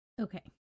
Okay